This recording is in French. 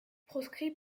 proscrit